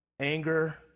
Anger